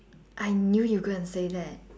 I knew you're gonna say that